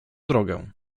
drogę